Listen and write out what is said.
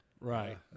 Right